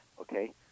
Okay